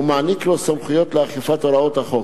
ומעניק לו סמכויות לאכיפת הוראות החוק.